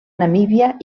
namíbia